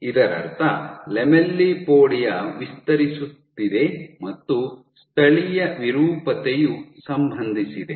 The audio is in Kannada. ಇದರರ್ಥ ಲ್ಯಾಮೆಲ್ಲಿಪೋಡಿಯಾ ವಿಸ್ತರಿಸುತ್ತಿದೆ ಮತ್ತು ಸ್ಥಳೀಯ ವಿರೂಪತೆಯು ಸಂಬಂಧಿಸಿದೆ